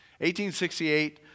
1868